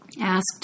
asked